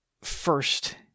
first